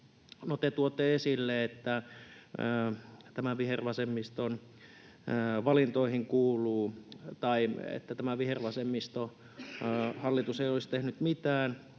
te tuotte esille, että tämän vihervasemmiston valintoihin kuuluu tai että tämä vihervasemmistohallitus ei olisi tehnyt mitään,